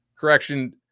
Correction